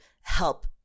help